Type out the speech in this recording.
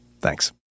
Thanks